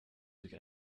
durch